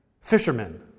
fishermen